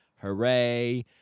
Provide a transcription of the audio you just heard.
Hooray